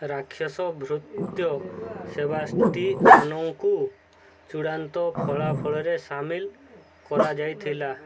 ରାକ୍ଷସ ଭୃତ୍ୟ ସେବାଷ୍ଟିଆନଙ୍କୁ ଚୂଡ଼ାନ୍ତ ଫଳାଫଳରେ ସାମିଲ କରାଯାଇଥିଲା